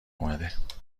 اومد